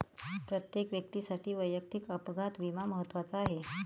प्रत्येक व्यक्तीसाठी वैयक्तिक अपघात विमा महत्त्वाचा आहे